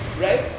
right